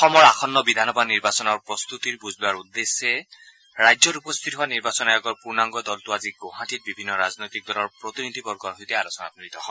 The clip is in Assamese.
অসমৰ আসন্ন বিধানসভা নিৰ্বাচনৰ প্ৰস্তুতিৰ বুজ লোৱাৰ উদ্দেশ্যে ৰাজ্যত উপস্থিত হোৱা নিৰ্বাচন আয়োগৰ পূৰ্ণাংগ দলটো আজি গুৱাহাটীত বিভিন্ন ৰাজনৈতিক দলৰ প্ৰতিনিধিবৰ্গৰ সৈতে আলোচনাত মিলিত হয়